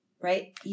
right